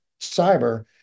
Cyber